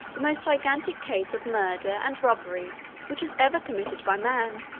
the most gigantic case of murder and robbery which was ever committed by man